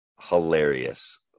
hilarious